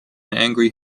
angry